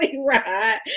right